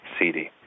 CD